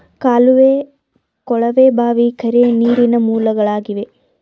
ಕಾಲುವೆ, ಕೊಳವೆ ಬಾವಿ, ಕೆರೆ, ನೀರಿನ ಮೂಲಗಳಾಗಿವೆ